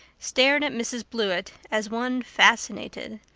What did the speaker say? stared at mrs blewett as one fascinated.